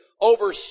over